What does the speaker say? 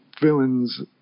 villains